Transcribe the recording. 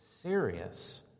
serious